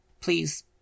Please